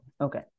okay